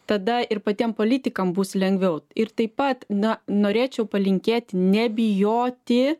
tada ir patiem politikam bus lengviau ir taip pat na norėčiau palinkėti nebijoti